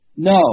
No